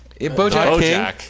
Bojack